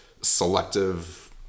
selective